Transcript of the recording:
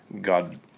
God